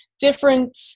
different